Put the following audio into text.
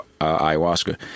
ayahuasca